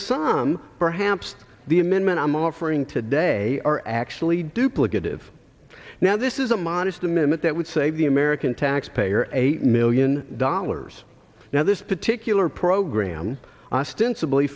some perhaps the amendment i'm offering today are actually duplicative now this is a modest amendment that would save the american taxpayer eight million dollars now this particular program ostensibly